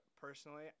Personally